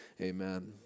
Amen